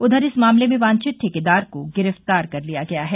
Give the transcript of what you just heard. उधर इस मामले में वांछित ठेकेदार को गिरफ्तार कर लिया गया है